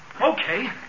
Okay